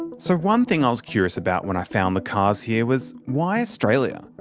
and so one thing i was curious about when i found the calves here was why australia?